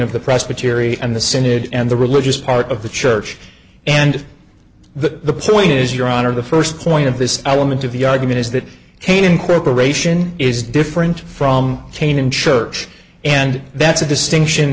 of the presbytery and the senate and the religious part of the church and the point is your honor the first point of this element of the argument is that cain incorporation is different from canaan church and that's a distinction